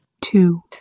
Two